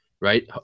Right